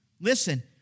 Listen